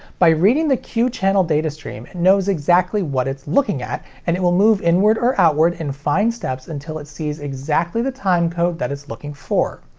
by reading the q channel datastream it knows exactly what it's looking at, and it will move inward or outward in fine steps until it sees exactly the timecode that it's looking for.